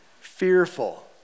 fearful